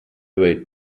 weight